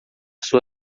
sua